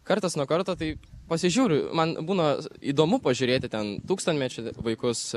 kartas nuo karto tai pasižiūriu man būna įdomu pažiūrėti ten tūkstantmečio vaikus